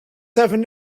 seven